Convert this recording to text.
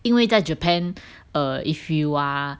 因为在 Japan err if you are